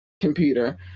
computer